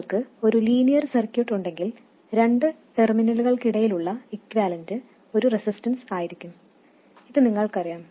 നിങ്ങൾക്ക് ഒരു linear circuit ഉണ്ടെങ്കിൽ രണ്ട് ടെർമിനലുകൾക്കിടയിലുള്ള ഇക്യൂവാലെൻറ് ഒരു റെസിസ്റ്റൻസ് ആയിരിക്കും എന്ന് നിങ്ങൾക്കറിയാം